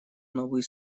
новый